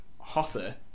hotter